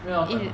又要等 ah